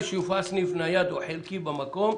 שיופעל סניף נייד או חלקי במקום